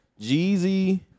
Jeezy